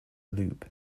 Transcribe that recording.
loop